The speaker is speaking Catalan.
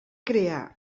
crear